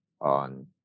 on